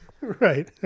right